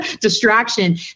distraction